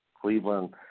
Cleveland